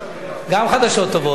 גם חדשות טובות.